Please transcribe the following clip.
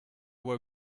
were